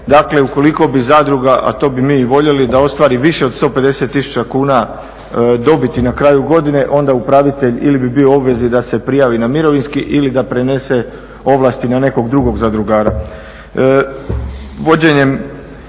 Dakle, ukoliko bi zadruga, a to bi mi i voljeli da ostvari više od 150 tisuća kuna dobiti na kraju godine onda upravitelj ili bi bio u obvezi da se prijavi na mirovinsko ili da prenese ovlasti na nekog drugog zadrugara.